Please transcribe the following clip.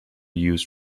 used